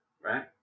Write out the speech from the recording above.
right